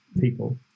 people